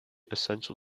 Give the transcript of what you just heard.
essential